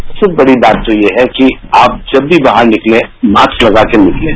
सबसे बड़ी बात तो यह है कि जब भी आप बाहर निकलें मास्क लगाकर निकलें